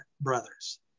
brothers